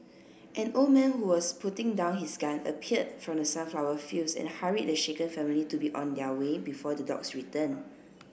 an old man who was putting down his gun appeared from the sunflower fields and hurried the shaken family to be on their way before the dogs return